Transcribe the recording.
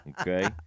Okay